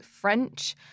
French